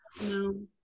No